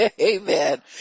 Amen